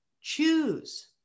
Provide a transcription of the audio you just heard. choose